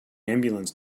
ambulance